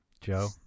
Joe